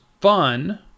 fun